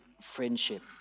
friendship